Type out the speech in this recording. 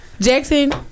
Jackson